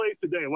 today